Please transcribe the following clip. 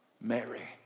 Mary